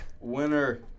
Winner